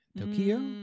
Tokyo